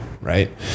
right